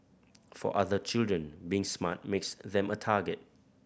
for other children being smart makes them a target